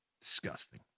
Disgusting